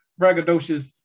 braggadocious